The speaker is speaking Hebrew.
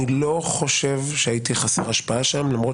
אני לא חושב שהייתי חסר השפעה שם למרות